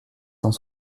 cent